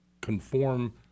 conform